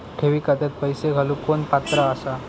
ठेवी खात्यात पैसे घालूक कोण पात्र आसा?